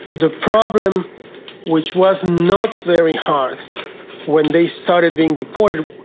the problem which was not very hard when they started being deported,